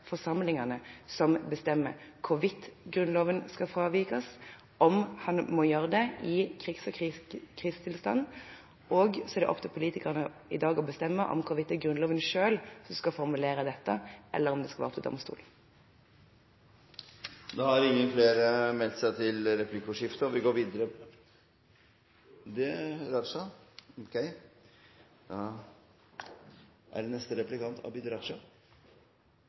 forsamlingene som bestemmer hvorvidt Grunnloven skal fravikes i en krigs- eller krisetilstand. Så er det opp til politikerne i dag å bestemme hvorvidt det er Grunnloven som skal formulere dette, eller om det skal være opp til domstolene. Jeg bare følger opp det spørsmålet som representanten Sveinung Rotevatn hadde, for jeg noterte meg at saksordføreren svarte på det siste spørsmålet, at det var Stortinget som til